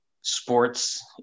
sports